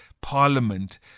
Parliament